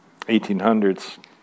1800s